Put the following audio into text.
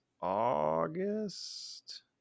August